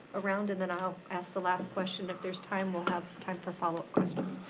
around, and then i'll ask the last question. if there's time we'll have time for follow-up questions.